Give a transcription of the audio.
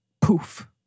poof